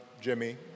Jimmy